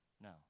No